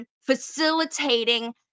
facilitating